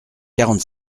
quarante